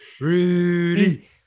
Rudy